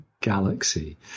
galaxy